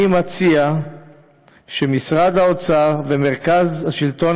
אני מציע שמשרד האוצר ומרכז השלטון